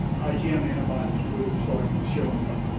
and yeah um antibodies would have started showing up.